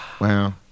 Wow